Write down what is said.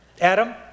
Adam